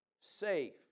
safe